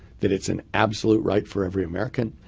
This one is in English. that it's an absolute right for every american,